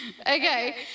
Okay